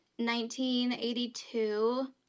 1982